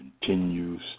continues